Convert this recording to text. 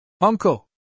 uncle